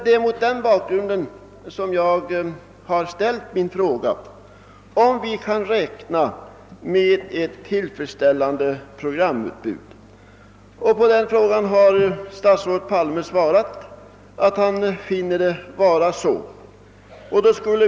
Det är mot denna bakgrund jag ställt min fråga, om vi kan räkna med ett tillfredsställande programutbud, och på den frågan har statsrådet Palme svarat ja.